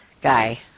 guy